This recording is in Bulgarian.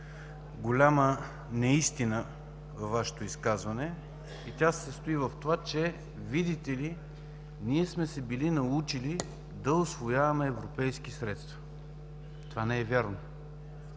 голяма неистина във Вашето изказване и тя се състои в това, че, видите ли, ние сме се били научили да усвояваме европейски средства. Това не е вярно.